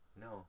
No